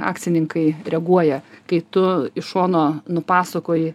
akcininkai reaguoja kai tu iš šono nupasakoji